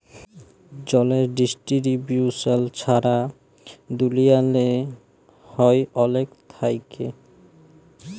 জলের ডিস্টিরিবিউশল ছারা দুলিয়াল্লে হ্যয় অলেক থ্যাইকে